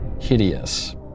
hideous